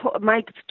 Mike